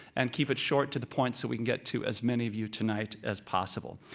and keep it short, to the point, so we can get to as many of you tonight as possible.